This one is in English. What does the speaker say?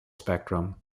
spectrum